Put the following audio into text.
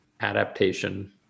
adaptation